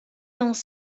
dans